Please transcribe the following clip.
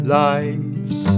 lives